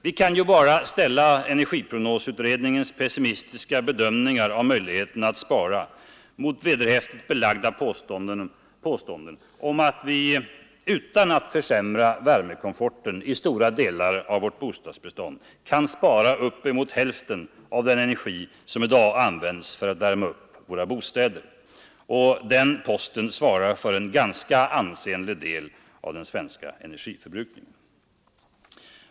Vi kan ju bara ställa energiprognosutredningens pessimistiska bedömning av möjligheten att spara mot vederhäftigt belagda påståenden om att vi utan att försämra värmekomforten kan spara uppemot hälften av den energi som i dag används för att värma upp stora delar av vårt bostadsbestånd. Uppvärmning av bostäder svarar ensam för en ansenlig del av den svenska energiförbrukningen.